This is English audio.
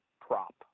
prop